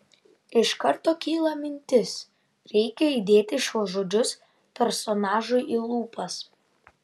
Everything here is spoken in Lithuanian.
iš karto kyla mintis reikia įdėti šiuos žodžius personažui į lūpas